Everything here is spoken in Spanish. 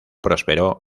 prosperó